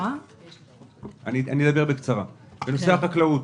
בנושא החקלאות,